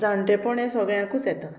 जाणटेपण हें सगळ्यांकूच येता